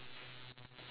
okay